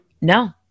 No